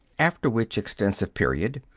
after which extensive period,